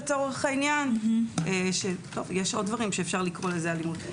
לצורך העניין יש עוד דברים שאפשר לקרוא להם אלימות.